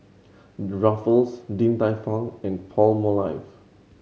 Ruffles Din Tai Fung and Palmolive